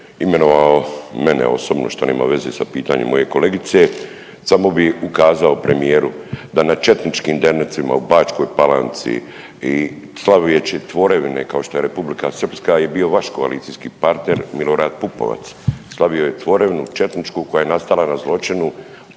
imenovao mene osobno što nema veze sa pitanjem moje kolegice, samo bi ukazao premijeru da na četničkim dernecima u Bačkoj Palanci i slaveći tvorevine kao što je Republika Srpska je bio vaš koalicijski partner Milorad Pupovac, slavio je tvorevinu četničku koja je nastala na zločinu